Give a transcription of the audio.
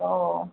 हो